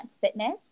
fitness